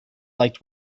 liked